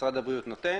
שמשרד הבריאות נותן.